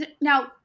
Now